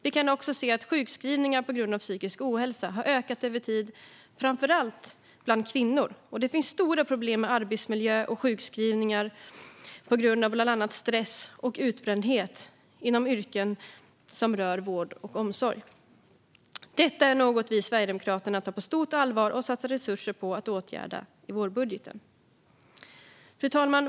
Vi kan också se att sjukskrivningar på grund av psykisk ohälsa har ökat över tid, framför allt bland kvinnor. Det finns stora problem med arbetsmiljö och sjukskrivningar på grund av bland annat stress och utbrändhet i yrken inom vård och omsorg. Detta är något vi i Sverigedemokraterna tar på stort allvar och har satsat resurser på att åtgärda i vårbudgeten.